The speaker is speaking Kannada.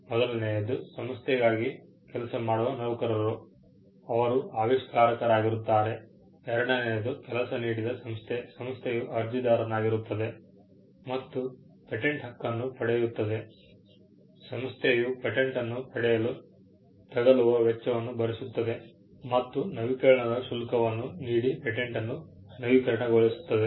ಮೊದಲನೆಯದ್ದು ಸಂಸ್ಥೆಗಾಗಿ ಕೆಲಸ ಮಾಡುವ ನೌಕರರು ಅವರು ಆವಿಷ್ಕಾರಕರಾಗಿರುತ್ತಾರೆ ಎರಡನೆಯದು ಕೆಲಸ ನೀಡಿದ ಸಂಸ್ಥೆ ಸಂಸ್ಥೆಯು ಅರ್ಜಿದಾರನಾಗಿರುತ್ತದೆ ಮತ್ತು ಪೇಟೆಂಟ್ ಹಕ್ಕನ್ನು ಪಡೆಯುತ್ತದೆ ಸಂಸ್ಥೆಯು ಪೇಟೆಂಟನ್ನು ಪಡೆಯಲು ತಗಲುವ ವೆಚ್ಚವನ್ನು ಬರಿಸುತ್ತದೆ ಮತ್ತು ನವೀಕರಣದ ಶುಲ್ಕವನ್ನು ನೀಡಿ ಪೇಟೆಂಟನ್ನು ನವೀಕರಣಗೊಳಿಸುತ್ತದೆ